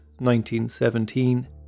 1917